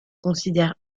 considèrent